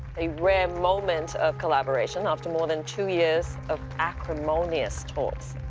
a rare moment of collaboration after more than two years of acrimonious talks.